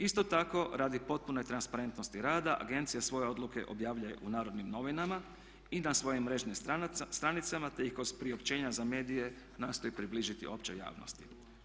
Isto tako radi potpune transparentnosti rada, agencija svoje odluke objavljuje u Narodnim novinama i na svojim mrežnim stranicama te ih kroz priopćenja za medije nastoji približiti općoj javnosti.